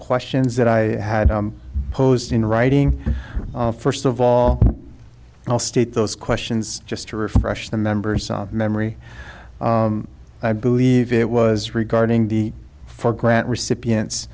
questions that i had posed in writing first of all i'll state those questions just to refresh the members of memory i believe it was regarding the four grant recipients